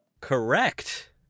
Correct